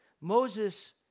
Moses